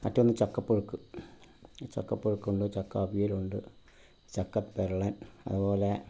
മറ്റൊന്ന് ചക്ക പുഴുക്ക് ചക്ക പുഴുക്കുണ്ട് ചക്ക അവിയലുണ്ട് ചക്ക പെരളൻ അതുപോലെ